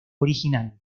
original